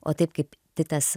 o taip kaip titas